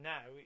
Now